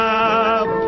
up